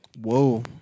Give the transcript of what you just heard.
Whoa